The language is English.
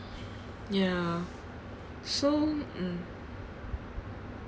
ya so mm